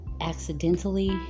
accidentally